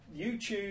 YouTube